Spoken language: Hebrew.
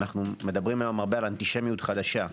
אנו מדברים הרבה היום על אנטישמיות חדשה.